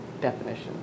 definition